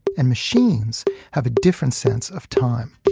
and machines have a different sense of time.